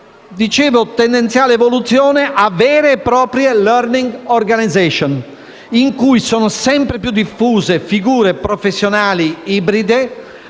di beni e servizi, a vere e proprie *learning organization*, in cui sono sempre più diffuse figure professionali ibride,